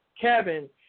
Kevin